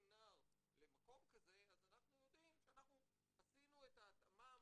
נער למקום כזה אז אנחנו יודעים שעשינו את ההתאמה